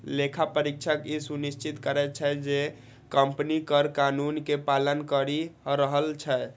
लेखा परीक्षक ई सुनिश्चित करै छै, जे कंपनी कर कानून के पालन करि रहल छै